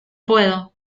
puedo